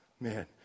Man